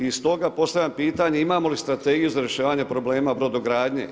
I stoga postavljam pitanje imamo li strategiju za rješavanje problema brodogradnje?